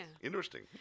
Interesting